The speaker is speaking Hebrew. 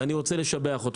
ואני רוצה לשבח אותו.